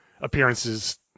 appearances